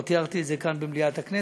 וכבר תיארתי את זה כאן במליאת הכנסת.